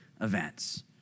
events